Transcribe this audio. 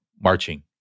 marching